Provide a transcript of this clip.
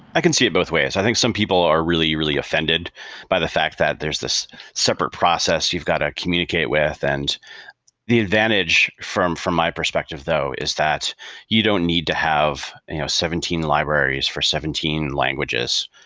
i can see it both ways. i think some people are really, really offended by the fact that there is this separate process you've got to communicate with. and the advantage from from my perspective though is that you don't need to have seventeen libraries for seventeen languages,